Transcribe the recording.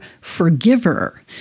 forgiver